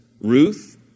Ruth